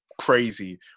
crazy